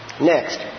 next